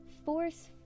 force